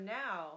now